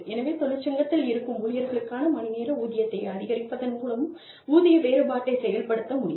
எனவே தொழிற்சங்கத்தில் இருக்கும் ஊழியர்களுக்கான மணிநேர ஊதியத்தை அதிகரிப்பதன் மூலமும் ஊதிய வேறுபாட்டைச் செயல்படுத்த முடியும்